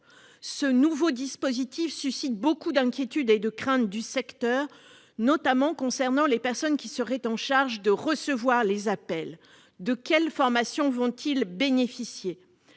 ce nouveau dispositif suscite beaucoup d'inquiétudes et de craintes des professionnels du secteur, notamment concernant les personnes qui seraient en charge de recevoir les appels. De quelles formations ces dernières